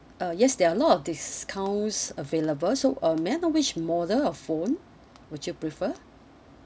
uh yes there are a lot of discounts available so um may I know which model of phone would you prefer